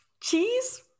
cheese